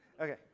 Okay